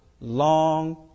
long